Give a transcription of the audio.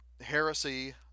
heresy